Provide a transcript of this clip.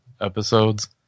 episodes